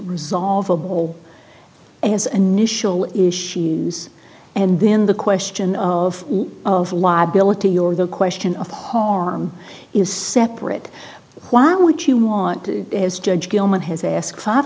resolvable as an initial issues and then the question of of liability or the question of harm is separate why would you want to judge gilman has asked five